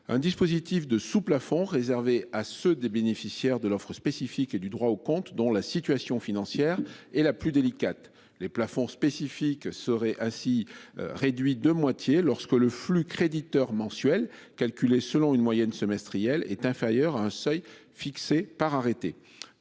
Un dispositif de sous plafond réservé à ceux des bénéficiaires de l'offre spécifique et du droit au compte, dont la situation financière et la plus délicate, les plafonds spécifiques seraient ainsi réduit de moitié. Lorsque le flux créditeurs mensuelle calculée selon une moyenne semestrielle est inférieur à un seuil fixé par arrêté.